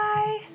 Bye